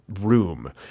room